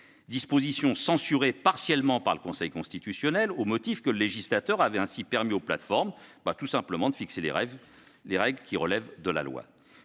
disposition a été censurée partiellement par le Conseil constitutionnel au motif que le législateur avait ainsi permis aux plateformes de fixer des règles relevant de la loi.